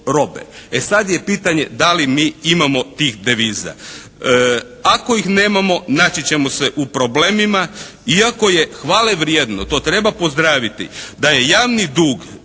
E sad je pitanje da li mi imamo tih deviza. Ako ih nemamo naći ćemo se u problemima. Iako je hvale vrijedno, to treba pozdraviti, da je javni dug,